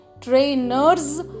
trainers